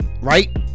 Right